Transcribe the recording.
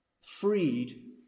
freed